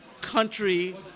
country